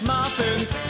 Muffins